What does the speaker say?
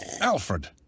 Alfred